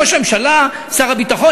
ראש הממשלה ושר הביטחון.